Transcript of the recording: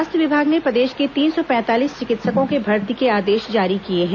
स्वास्थ्य विभाग ने प्रदेश के तीन सौ पैंतालीस चिकित्सकों के भर्ती के आदेश जारी किए हैं